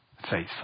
Faithful